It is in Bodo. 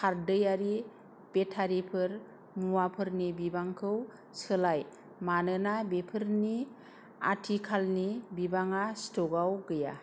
खारदैयारि बेटारिफोर मुवाफोरनि बिबांखौ सोलाय मानोना बेफोरनि आथिखालनि बिबाङा स्टकाव गैया